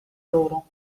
loro